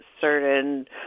certain